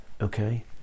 okay